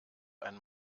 ein